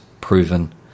proven